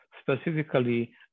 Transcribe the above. specifically